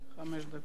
והבה.